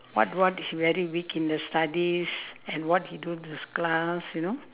what what he very weak in the studies and what he do in his class you know